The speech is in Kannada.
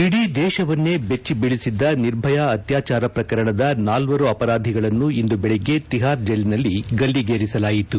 ಇಡೀ ದೇಶವನ್ನೇ ದೆಚ್ಚಿ ಬೀಳಿಸಿದ್ದ ನಿರ್ಭಯಾ ಅತ್ಯಾಚಾರ ಪ್ರಕರಣದ ನಾಲ್ವರು ಅಪರಾಧಿಗಳನ್ನು ಇಂದು ಬೆಳಗ್ಗೆ ತಿಹಾರ್ ಜೈಲಿನಲ್ಲಿ ಗಲ್ಲಿಗೇರಿಸಲಾಯಿತು